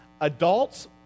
Adults